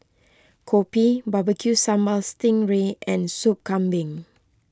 Kopi BBQ Sambal Sting Ray and Soup Kambing